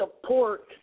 support